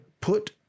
put